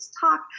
talk